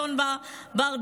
אדון בר דוד,